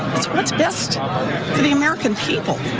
it's what's best for the american people.